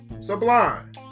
sublime